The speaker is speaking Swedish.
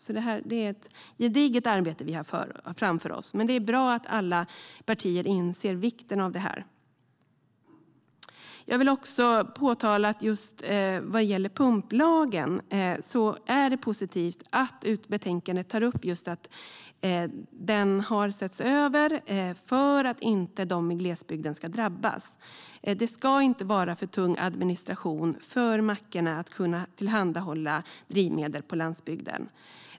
Det är ett gediget arbete vi har framför oss, men det är bra att alla partier inser vikten av det. Vad gäller pumplagen är det positivt att betänkandet tar upp att den har setts över för att inte glesbygden ska drabbas. Det ska inte vara för tung administration för mackarna att tillhandahålla drivmedel på landsbygden.